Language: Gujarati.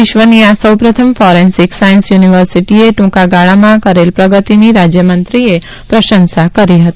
વિશ્વની આ સૌ પ્રથમ ફોરેન્સિક સાયન્સ યુનિવર્સિટીએ ટૂંકાગાળામાં કરેલ પ્રગતિની રાજ્યમંત્રીએ પ્રસંશા કરી હતી